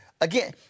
again